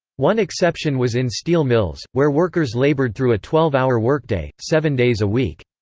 one exception was in steel mills, where workers labored through a twelve-hour workday, seven days a week.